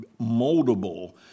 moldable